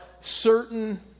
certain